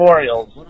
Orioles